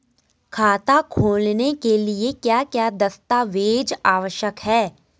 खाता खोलने के लिए क्या क्या दस्तावेज़ आवश्यक हैं?